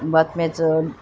बातम्याचं